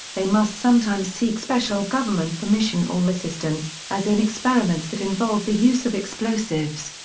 they must sometimes seek special government permission or assistance, as in experiments that involve the use of explosives.